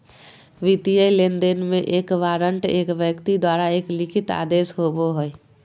वित्तीय लेनदेन में, एक वारंट एक व्यक्ति द्वारा एक लिखित आदेश होबो हइ